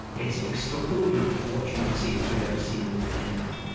it's extraordinary what you could see through those single lenses.